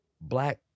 black